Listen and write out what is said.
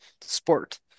sport